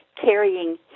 carrying